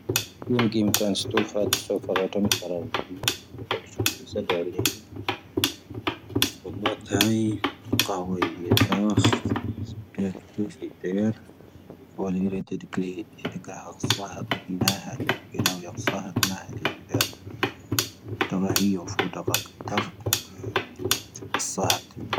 ⵢⵓⵏⴳ ⵉⵎⵜⴰⵏ ⵙⵜⵓⴼⴰⵜ ⵙoⴼⴰ ⴷⴰⵜⵓⵎ ⴽⴰⵔⴰⵍⵡⴻⴻ. ⴻⴷⴻⴽⵙⵀⴰⵍ ⵎⵙⴰ ⴷⴰ ⵍⴻ. ⴰⵙⵜⵓ ⴷⵀⴰ ⴷⵀⴰⴻ. ⵇⴰⵡⵡⴻⴻ ⵢⴰⵜⴰ. ⵣⴱⴷⵢⴰ ⵜⵓⴼⵉ ⵜⴻⵉⵔ. ⵡⴰⵍⵉ ⵔⴻ ⵜⴻⴷⵉⴽⵍⴻ ⵀⴻ. ⴻⴷⴻⴽⵀⴰ ⵀⴰⵇⵙⴰⴰⴱ ⵏⴰⵀⴰ. ⵢⴰⵡ ⵢⴰⴽⵙⴰⴰⴱ ⵏⴰⵀⴰ. ⵉⵎⴷⴰ. ⴷⵀⴰ ⵡⴻⴻ ⵢⵓⴼⵓⴷⴰ ⴽⴰⴽⴰⵜⴰ. ⵇⵙⴰⴰⵜ.